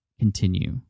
continue